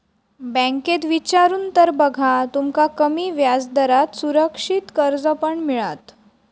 बँकेत इचारून तर बघा, तुमका कमी व्याजदरात सुरक्षित कर्ज पण मिळात